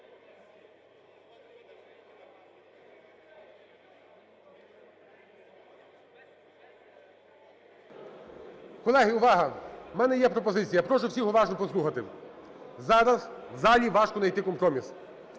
Колеги, увага! У мене є пропозиція. Я прошу всіх уважно послухати. Зараз в залі важко найти компроміс.